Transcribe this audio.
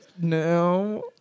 No